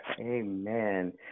Amen